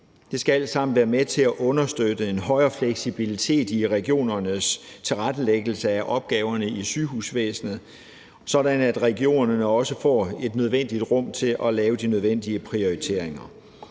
Det skal alt sammen være med til at understøtte en højere fleksibilitet i regionernes tilrettelæggelse af opgaverne i sygehusvæsenet, sådan at regionerne også får et nødvendigt rum til at lave de nødvendige prioriteringer.